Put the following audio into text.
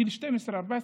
גיל 12 עד 14,